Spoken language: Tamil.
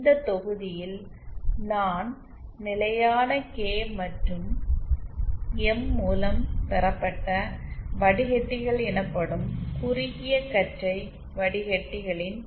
இந்த தொகுதியில் நான் நிலையான கே மற்றும் எம் மூலம் பெறப்பட்ட வடிகட்டிகள் எனப்படும் குறுகிய கற்றை வடிகட்டிகளின் மற்றொரு பிரிவை அறிமுகப்படுத்துகிறேன்